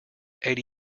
eighty